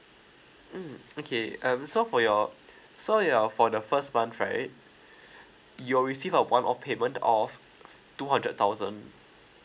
mm okay um so for your so your for the first month right you will receive a one off payment of two hundred thousand